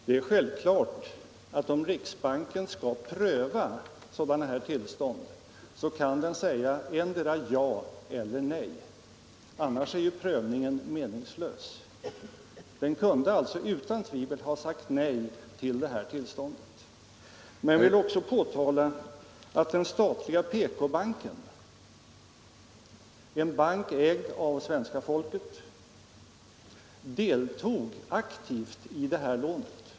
Herr talman! Det är självklart att riksbanken, om den skall pröva sådana här tillstånd, kan säga endera ja eller nej — annars är prövningen meningslös. Den kunde alliså utan tvivel ha sagt nej till den här begäran om tillstånd. Men jag vill också påtala att den statliga PK-banken — en bank ägd av svenska folket — deltog aktivt i detta lån.